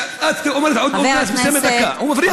גברתי, את אומרת לסיים בדקה, הוא מפריע.